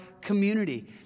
community